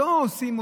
לא עושים,